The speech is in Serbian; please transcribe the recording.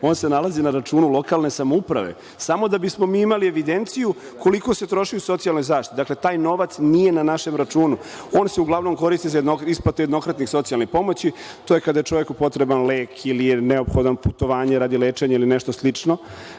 On se nalazi na računu lokalne samouprave. Samo da bismo mi imali evidenciju koliko se troši u socijalnoj zaštiti. Dakle, taj novac nije na našem računu. On se uglavnom koristi za isplatu jednokratnih socijalnih pomoći. To je kada je čoveku potreban lek, ili je neophodno putovanje radi lečenja, ili nešto slično.